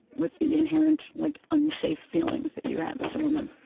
with the inherent like unsafe feelings that you have as a woman.